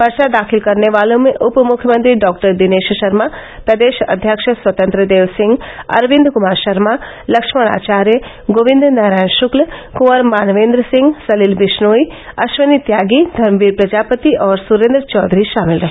पर्चा दाखिल करने वालों में उप मुख्यमंत्री डॉक्टर दिनेश शर्मा प्रदेश अध्यक्ष स्वतंत्र देव सिंह अरविंद क्मार शर्मा लक्ष्मण आचार्य गोविद नारायण श्क्ल क्वर मानवेन्द्र सिंह सलिल विश्नोई अश्वनी त्यागी धर्मवीर प्रजापति और सुरेन्द्र चौधरी शामिल रहे